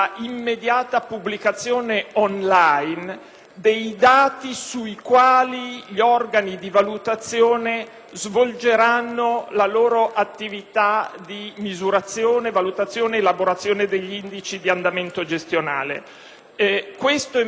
dei dati sui quali gli organi di valutazione svolgeranno la loro attività di misurazione, valutazione ed elaborazione degli indici di andamento gestionale. L'emendamento 3.326 mira ad ampliare